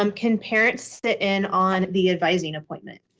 um can parents sit in on the advising appointment?